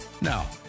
Now